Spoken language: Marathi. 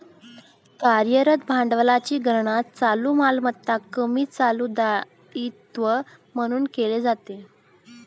कार्यरत भांडवलाची गणना चालू मालमत्ता कमी चालू दायित्वे म्हणून केली जाते